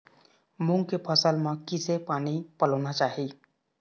मूंग के फसल म किसे पानी पलोना चाही?